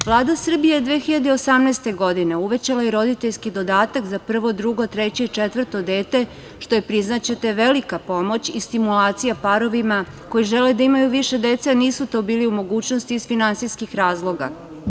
Vlada Srbije je 2018. godine uvećala i roditeljski dodatak za prvo, drugo, treće i četvrto dete što je, priznaćete, velika pomoć i stimulacija parovima koji žele da imaju više dece, a nisu to bili u mogućnosti iz finansijskih razloga.